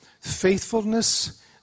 faithfulness